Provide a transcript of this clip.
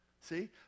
See